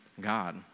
God